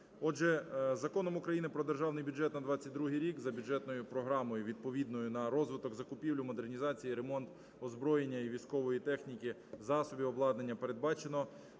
Отже, Законом України про Державний бюджет на 2022 рік за бюджетною програмою відповідною на розвиток, закупівлю, модернізацію, ремонт озброєння і військової техніки, засобів, обладнання передбачено